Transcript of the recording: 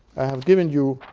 i have given you